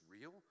real